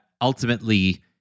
ultimately